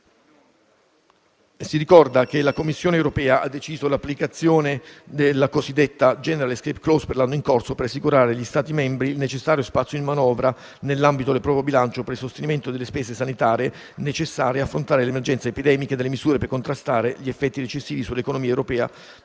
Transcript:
Si ricorda che la Commissione europea ha deciso l'applicazione della cosiddetta *general escape clause* per l'anno in corso per assicurare agli Stati membri il necessario spazio di manovra nell'ambito del proprio bilancio per il sostenimento delle spese sanitarie necessarie ad affrontare l'emergenza epidemica e delle misure per contrastare gli effetti recessivi sull'economia europea